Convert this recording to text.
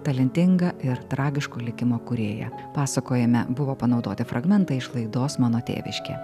talentingą ir tragiško likimo kūrėją pasakojime buvo panaudoti fragmentai iš laidos mano tėviškė